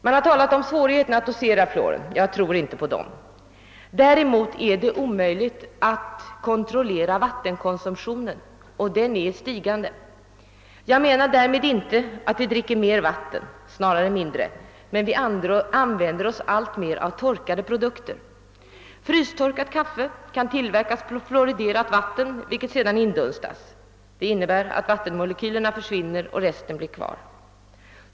Det har talats om svårigheten att dosera fluor, vilken jag tror är mycket liten. Däremot är det omöjligt att kontrollera vattenkonsumtionen — och den är i stigande. Jag menar därmed inte att vi dricker mer vatten; vi dricker snarare mindre. Men vi använder oss alltmer av torkade produkter. Frystorkat kaffe kan tillverkas på fluoriderat vatten, vilket sedan industas. Det innebär att själva vattenmolekylerna försvinner, medan resten blir kvar.